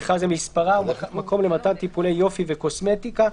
ובכלל זה מספרה ומקום למתן טיפולי יופי וקוסמטיקה,